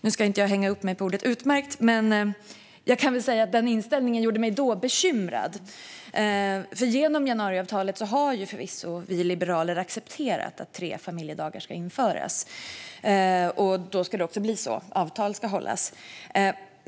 Nu ska jag inte hänga upp mig på ordet utmärkt. Men den inställningen gjorde mig då bekymrad. Genom januariavtalet har förvisso vi liberaler accepterat att tre familjedagar ska införas. Då ska det också bli så. Avtalet ska hållas.